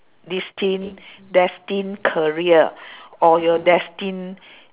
destined destined career or your destined